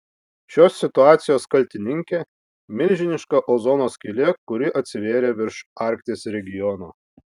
šios situacijos kaltininkė milžiniška ozono skylė kuri atsivėrė virš arkties regiono